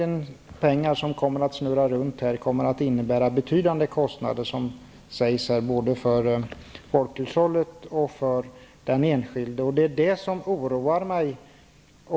Den mängd pengar som kommer att snurra runt här kommer att innebära betydande kostnader, som det sägs, både för folkhushållet och för den enskilde. Det är det som oroar mig.